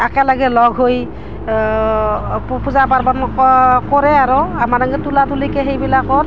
একেলগে লগ হৈ পূজা পাৰ্বণ কৰে আৰু আমাৰ এনকৈ তুলা তুলিকৈ সেইবিলাকত